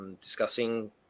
Discussing